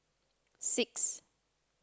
six